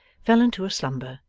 fell into a slumber,